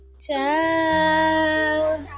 Ciao